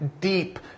deep